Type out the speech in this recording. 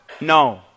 No